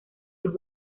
los